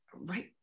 right